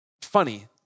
Funny